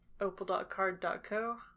opal.card.co